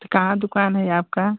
फिर कहाँ दुकान है आपका